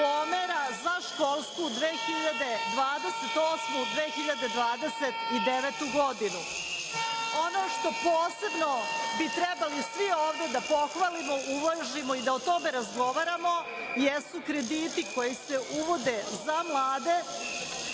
za školsku 2028. - 2029. godinu. Ono što posebno bi trebali svi ovde da pohvalimo, uvažimo i da o tome razgovaramo, jesu krediti koji se uvode za mlade